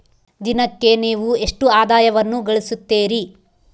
ದಿನಕ್ಕೆ ನೇವು ಎಷ್ಟು ಆದಾಯವನ್ನು ಗಳಿಸುತ್ತೇರಿ?